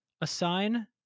assign